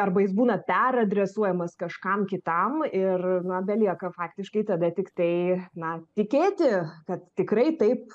arba jis būna peradresuojamas kažkam kitam ir na belieka faktiškai tada tiktai na tikėti kad tikrai taip